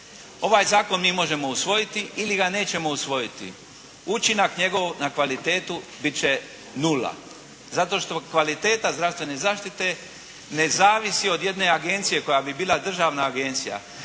Ovaj Zakon mi možemo usvojiti ili ga nećemo usvojiti. Učinak njegov na kvalitetu bit će nula, zato što kvaliteta zdravstvene zaštite ne zavisi od jedne agencije koja bi bila državna agencija,